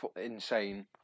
Insane